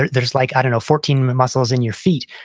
there's, like i don't know, fourteen muscles in your feet.